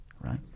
right